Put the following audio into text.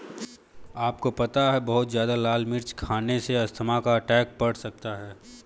आपको पता है बहुत ज्यादा लाल मिर्च खाने से अस्थमा का अटैक पड़ सकता है?